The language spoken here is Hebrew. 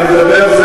אני מדבר,